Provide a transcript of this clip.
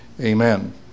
amen